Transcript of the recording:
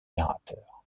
narrateur